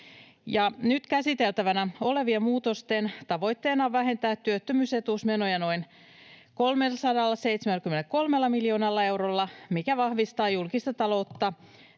Nyt käsiteltävänä olevien muutosten tavoitteena on vähentää työttömyysetuusmenoja noin 373 miljoonalla eurolla, mikä vahvistaa julkista taloutta